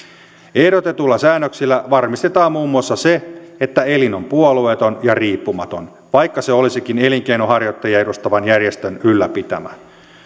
ehdotetuilla säännöksillä varmistetaan muun muassa se että elin on puolueeton ja riippumaton vaikka se olisikin elinkeinonharjoittajia edustavan järjestön ylläpitämä